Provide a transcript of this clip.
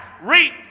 reap